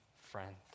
friend